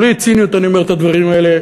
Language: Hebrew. בלי ציניות אני אומר את הדברים האלה,